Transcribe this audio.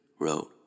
wrote